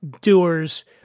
doers